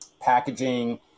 packaging